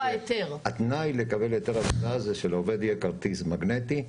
התנאי לקבלת היתר עבודה זה שלעובד יהיה כרטיס מגנטי,